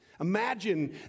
Imagine